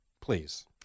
Please